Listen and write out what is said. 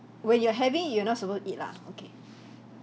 when you're having you're not supposed to eat lah okay